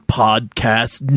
podcast